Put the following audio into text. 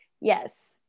Yes